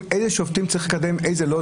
איזה שופטים צריכים לקדם ואיזה לא,